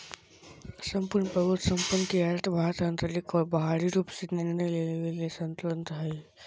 सम्पूर्ण प्रभुत्वसम्पन् के अर्थ भारत आन्तरिक और बाहरी रूप से निर्णय लेवे ले स्वतन्त्रत हइ